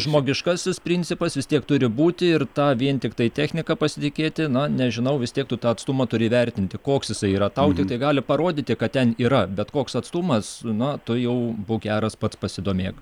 žmogiškasis principas vis tiek turi būti ir ta vien tiktai technika pasitikėti na nežinau vis tiek tu tą atstumą turi įvertinti koks jisai yra tau tiktai gali parodyti kad ten yra bet koks atstumas na tu jau būk geras pats pasidomėk